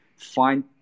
Find